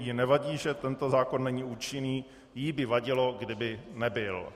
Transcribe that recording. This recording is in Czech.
Jí nevadí, že tento zákon není účinný, jí by vadilo, kdyby nebyl.